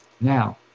Now